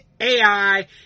AI